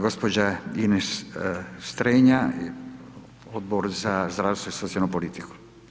Gđa. Ines Strenja, Odbor za zdravstvo i socijalnu politiku.